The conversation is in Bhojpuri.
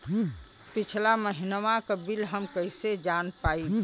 पिछला महिनवा क बिल हम कईसे जान पाइब?